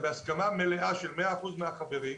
בהסכמה מלאה של 100 אחוזים מהחברים,